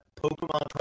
Pokemon